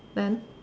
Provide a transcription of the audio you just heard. then